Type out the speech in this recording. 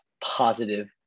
positive